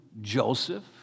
Joseph